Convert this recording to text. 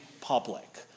public